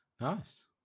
Nice